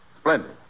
Splendid